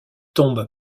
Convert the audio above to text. tombe